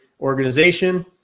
organization